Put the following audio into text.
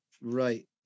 right